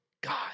God